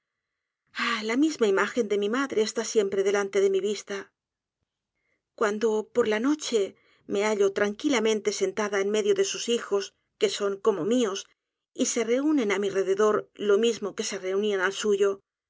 h la imagen de mi madre está siempre delante de mi vista cuando por la noche me hallo tranquilamente sentada en medio de sus hijos que son como mios y se reúnen á mi rededor lo mismo que se reunían al suyo